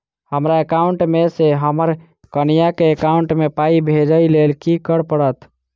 हमरा एकाउंट मे सऽ हम्मर कनिया केँ एकाउंट मै पाई भेजइ लेल की करऽ पड़त?